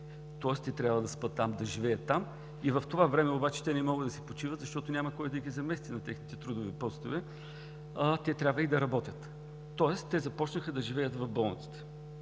тоест те трябва да спят там, да живеят там, и в това време обаче те не могат да си почиват, защото няма кой да ги замести на техните трудови постове, а те трябва и да работят. Тоест те започнаха да живеят в болниците.